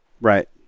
right